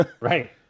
Right